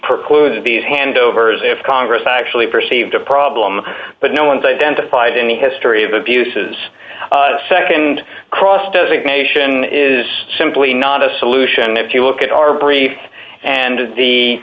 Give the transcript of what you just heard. precludes these handovers if congress actually perceived a problem but no one's identified any history of abuses nd cross designation is simply not a solution if you look at our brief and the